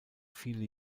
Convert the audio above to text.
viele